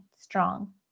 strong